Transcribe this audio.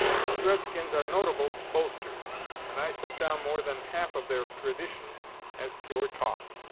these red-skins are notable boasters, and i set down more than half of their traditions as pure talk.